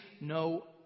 No